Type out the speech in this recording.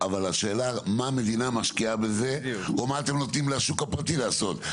אבל השאלה מה המדינה משקיעה בזה או מה אתם נותנים לשוק הפרטי לעשות?